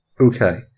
Okay